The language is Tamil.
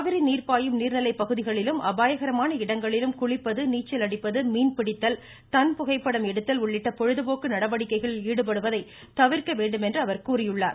காவிரி நீர் பாயும் நீர்நிலை பகுதிகளிலும் அபாயகரமான இடங்களிலும் குளிப்பது நீச்சல் அடிப்பது மீன்பிடித்தல் தன் புகைப்படம் எடுத்தல் உள்ளிட்ட பொழுதுபோக்கு நடவடிக்கைகளில் ஈடுபடுவதை தவிர்க்க வேண்டும் என்று கூறியுள்ளார்